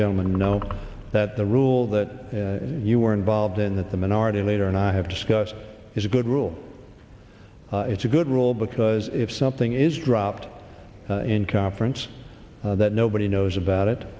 gentleman know that the rule that you were involved in that the minority leader and i have discussed is a good rule it's a good rule because if something is dropped in conference that nobody knows about it